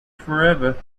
forever